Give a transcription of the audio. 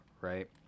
right